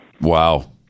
Wow